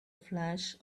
flash